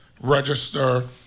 register